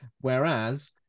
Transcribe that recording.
whereas